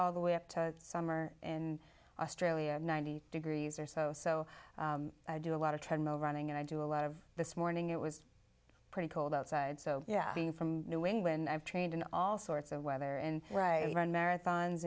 all the way up to summer in australia ninety degrees or so so i do a lot of turnover running and i do a lot of this morning it was pretty cold outside so yeah being from new england i've trained in all sorts of weather and where i run marathons